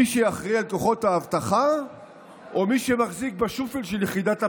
מי שאחראי על כוחות האבטחה או מי שמחזיק בשופל של יחידת הפיקוח?